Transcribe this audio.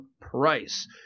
price